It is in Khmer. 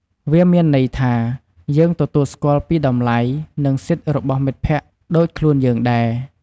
វាមានន័យថា យើងទទួលស្គាល់ពីតម្លៃ និងសិទ្ធិរបស់មិត្តភក្តិដូចខ្លួនយើងដែរ។